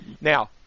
Now